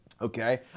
okay